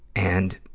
and,